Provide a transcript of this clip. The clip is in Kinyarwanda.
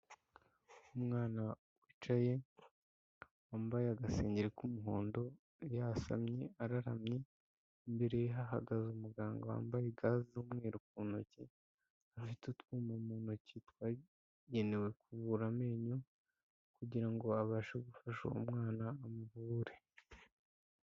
Umwana wicaye wambaye agasengeri k'umuhondo yasamye araramye, imbere hahagaze umuganga wambaye ga z'umweru ku ntoki, afita utwuma mu ntoki twagenewe kuvura amenyo kugira ngo abashe gufasha uwo mwana amuvure.